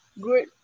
good